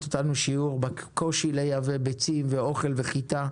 אותנו שיעור בקושי לייבא ביצים ואוכל וחיטה,